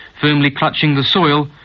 firmly clutching the soil,